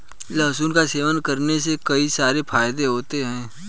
लहसुन का सेवन करने के कई सारे फायदे होते है